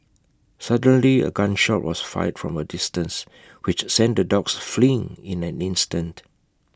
suddenly A gun shot was fired from A distance which sent the dogs fleeing in an instant